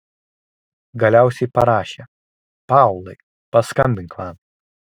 galiausiai parašė paulai paskambink man